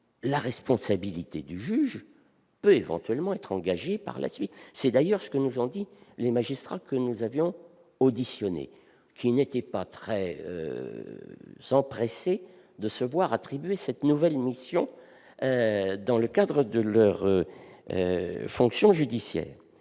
la responsabilité du juge peut éventuellement être engagée par la suite. C'est d'ailleurs ce que nous ont dit les magistrats que nous avons auditionnés, lesquels ne se sont pas montrés empressés à l'idée de se voir attribuer cette nouvelle mission dans le cadre de leurs fonctions judiciaires.